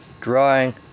drawing